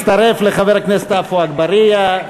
מים.) תצטרף לחבר הכנסת עפו אגבאריה,